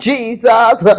Jesus